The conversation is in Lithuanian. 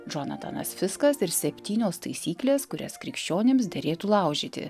džonatanas fiskas ir septynios taisyklės kurias krikščionims derėtų laužyti